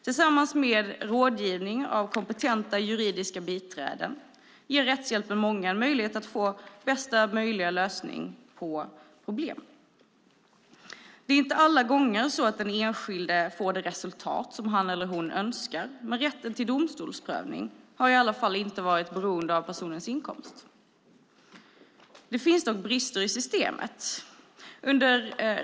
Tillsammans med rådgivning av kompetenta juridiska biträden ger rättshjälpen många en möjlighet att få bästa möjliga lösning på problemen. Det är inte alla gånger så att den enskilde får det resultat som han eller hon önskar, men rätten till domstolsprövning har i alla fall inte varit beroende av personens inkomst. Det finns dock brister i systemet.